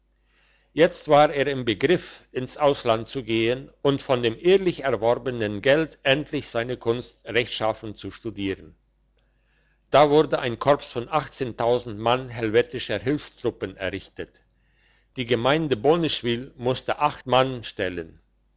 jetzt war er im begriff ins ausland zu gehen und von dem ehrlich erworbenen geld endlich seine kunst rechtschaffen zu studieren da wurde ein korps von mann helvetischer hilfstruppen errichtet die gemeinde boneschwyl musste acht mann stellen